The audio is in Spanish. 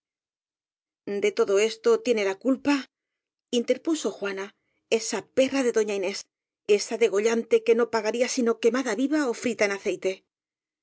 de todo eso tiene la culpa interpuso juana esa perra de doña inés esa dellogante que no pagaría sino quemada viva ó frita en aceite